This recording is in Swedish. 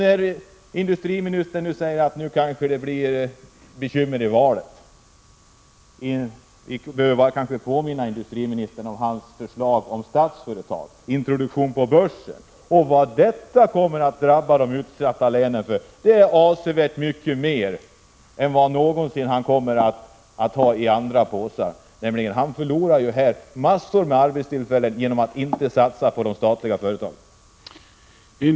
När industriministern nu säger att det kanske blir bekymmer i valet måste jag påminna industriministern om hans förslag om Statsföretags introduktion på börsen och hur detta kommer att drabba de utsatta länen. Det blir avsevärt mycket mer än han någonsin kommer att ha i andra påsar. Han förlorar nämligen massor av arbetstillfällen genom att inte satsa på de statliga företagen.